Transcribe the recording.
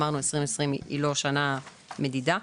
אמרנו לגבי 2020 שהיא לא שנה מדידה,